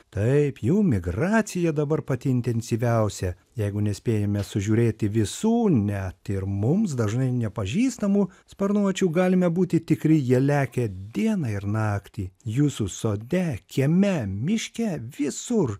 taip jų migracija dabar pati intensyviausia jeigu nespėjame sužiūrėti visų net ir mums dažnai nepažįstamų sparnuočių galime būti tikri jie lekia dieną ir naktį jūsų sode kieme miške visur